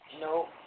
No